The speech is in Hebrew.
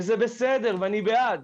וזה בסדר, אני בעד,